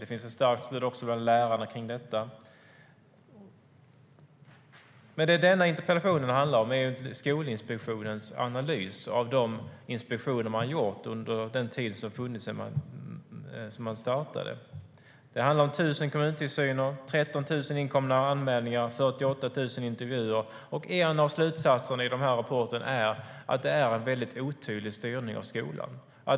Det finns ett starkt stöd också bland lärarna för detta. Interpellationen handlar om Skolinspektionens analys av de inspektioner man har gjort under den tid som har gått sedan man startade. Det handlar om 1 000 kommuntillsyner, 13 000 inkomna anmälningar och 48 000 intervjuer. En av slutsatserna i rapporten är att det är en otydlig styrning av skolan.